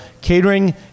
catering